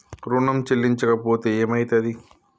ఋణం చెల్లించకపోతే ఏమయితది?